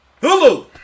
Hulu